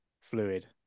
fluid